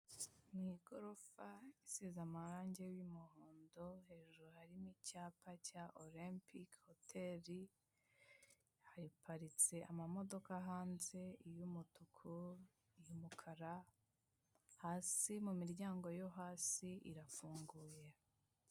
Ni igorofa isize amarange y'umuhondo hejuru harimo icyapa cya olympic hotel haparitse amamodoka hanze iy'umutuku iy'umukara hasi mumiryango yo hasi irafunguye.